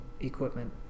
equipment